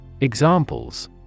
Examples